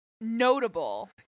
notable